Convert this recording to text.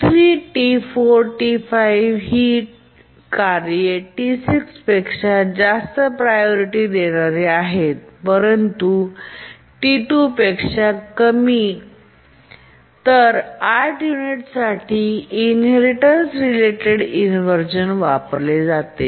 T3 T4 आणि T5 ही कार्ये T6 पेक्षा जास्त प्रायोरिटी देणारी आहेत परंतु T2 पेक्षा कमी 8 युनिट्ससाठी इनहेरिटेन्स रिलेटेड इनव्हर्झन आहे